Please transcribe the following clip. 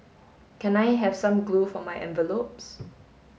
can I have some glue for my envelopes